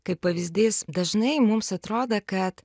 kaip pavyzdys dažnai mums atrodo kad